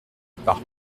par